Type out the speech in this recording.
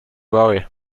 worry